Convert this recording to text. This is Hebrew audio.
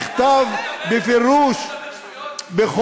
נכתב בפירוש, שאתה מדבר שטויות?